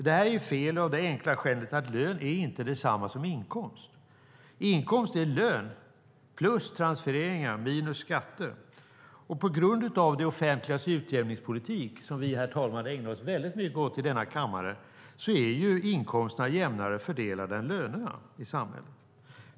Det är fel av det enkla skälet att lön inte är detsamma som inkomst. Inkomst är lön plus transferingar minus skatter, och på grund av det offentligas utjämningspolitik, som vi ägnar oss väldigt mycket åt i denna kammare, är inkomsterna jämnare fördelade än lönerna i samhället.